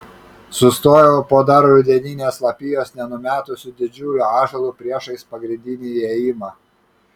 sustojau po dar rudeninės lapijos nenumetusiu didžiuliu ąžuolu priešais pagrindinį įėjimą